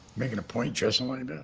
making a point dressing like and